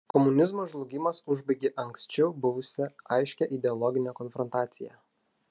komunizmo žlugimas užbaigė anksčiau buvusią aiškią ideologinę konfrontaciją